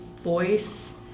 voice